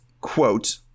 quote